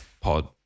pod